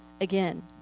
again